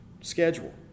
schedule